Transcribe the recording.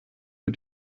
für